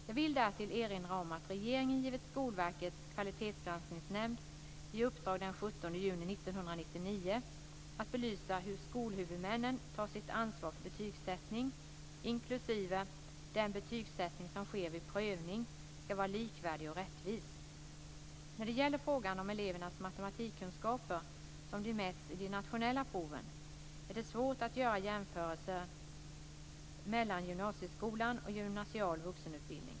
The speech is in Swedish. Jag vill därtill erinra om att regeringen givit Skolverkets kvalitetsgranskningsnämnd i uppdrag den 17 juni 1999 att belysa hur skolhuvudmännen tar sitt ansvar för att betygssättningen, inklusive den betygssättning som sker vid prövning, ska vara likvärdig och rättvis. När det gäller frågan om elevernas matematikkunskaper, som de mäts i de nationella proven, är det svårt att göra jämförelser mellan gymnasieskolan och gymnasial vuxenutbildning.